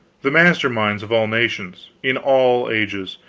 the master minds of all nations, in all ages,